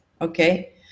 Okay